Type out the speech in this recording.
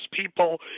people